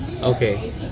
Okay